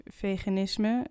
veganisme